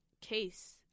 case